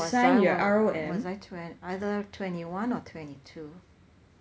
was I was I either twenty-one or twenty-two